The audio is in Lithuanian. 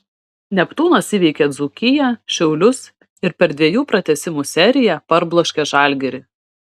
neptūnas įveikė dzūkiją šiaulius ir per dviejų pratęsimų seriją parbloškė žalgirį